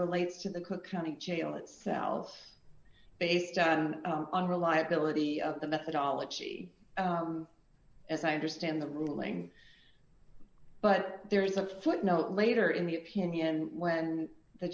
relates to the cook county jail itself based on reliability of the methodology as i understand the ruling but there is a footnote later in the opinion when the